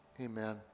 amen